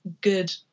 good